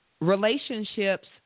Relationships